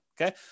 Okay